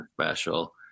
special